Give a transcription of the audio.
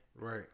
Right